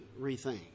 rethink